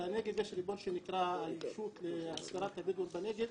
בנגב יש ריבון שנקרא הישות להסדרת הבדואים בנגב,